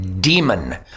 demon